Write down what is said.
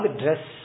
dress